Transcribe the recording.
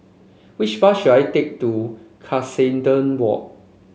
which bus should I take to Cuscaden Walk